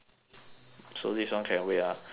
so this one can wait ah the psych